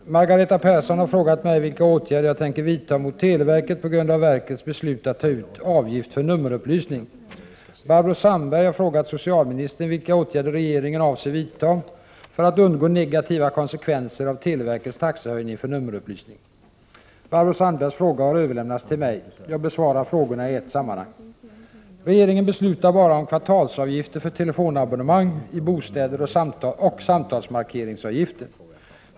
Herr talman! Margareta Persson har frågat mig vilka åtgärder jag tänker vidta mot televerket på grund av verkets beslut att ta ut avgift för nummerupplysning. Barbro Sandbergs fråga har överlämnats till mig. Jag besvarar frågorna i ett sammanhang. Regeringen beslutar bara om kvartalsavgifter för telefonabonnemang i bostäder och samtalsmarkeringsavgiften.